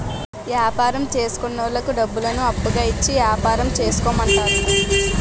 యాపారం చేసుకున్నోళ్లకు డబ్బులను అప్పుగా ఇచ్చి యాపారం చేసుకోమంటారు